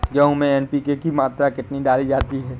गेहूँ में एन.पी.के की मात्रा कितनी डाली जाती है?